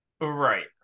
right